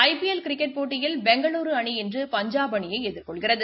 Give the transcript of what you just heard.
ஐ P L cricket போட்டியில் பெங்களூரு அணி இன்று பஞ்சாப் அணியை எதிர்கொள்கிறது